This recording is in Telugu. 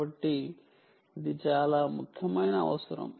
కాబట్టి ఇది చాలా ముఖ్యమైన అవసరం